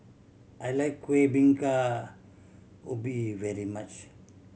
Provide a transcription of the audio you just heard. I like Kueh Bingka Ubi very much